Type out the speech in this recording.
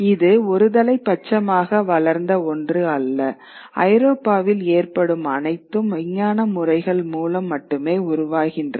இது ஒருதலைப்பட்சமாக வளர்ந்த ஒன்று அல்ல ஐரோப்பாவில் ஏற்படும் அனைத்தும் விஞ்ஞான முறைகள் மூலம் மட்டுமே உருவாகின்றன